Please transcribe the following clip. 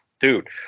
dude